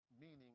meaning